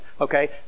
Okay